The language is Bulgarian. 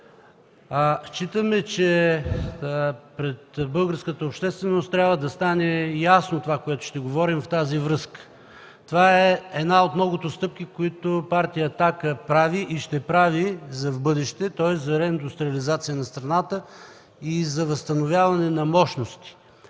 Считаме, че пред българската общественост трябва да стане ясно това, което ще говорим в тази връзка. Това е една от многото стъпки, които Партия „Атака” прави и ще прави в бъдеще, тоест за реиндустриализация на страната и за възстановяване на мощности.